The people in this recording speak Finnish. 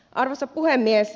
arvoisa puhemies